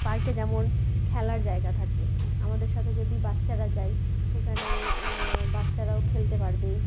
পার্কে যেমন খেলার জায়গা থাকে আমাদের সাথে যদি বাচ্চারা যায় সেখানে বাচ্চারাও খেলতে পারবে